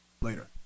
later